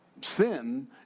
Sin